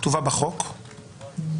כתובה בחוק ומקובלת.